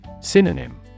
Synonym